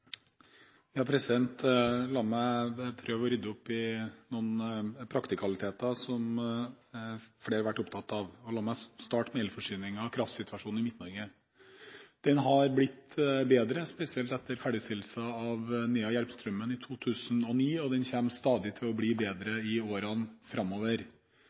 La meg prøve å rydde opp i noen praktikaliteter som flere har vært opptatt av, og la meg starte med elforsyningen og kraftsituasjonen i Midt-Norge. Den har blitt bedre, spesielt etter ferdigstillelsen av Nea–Järpströmmen i 2009, og den kommer til å bli stadig bedre i årene framover.